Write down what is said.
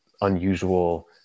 unusual